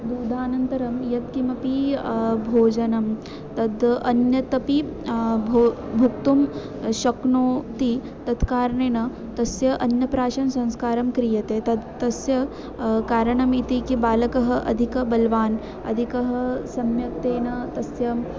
दुग्धानन्तरं यत्किमपि भोजनं तद् अन्यत् अपि भो भोक्तुं शक्नोति तत्कारणेन तस्य अन्यप्राशनसंस्कारं क्रियते तत् तस्य कारणमिति किं बालकः अधिकं बलवानः अधिकः सम्यक्तेन तस्य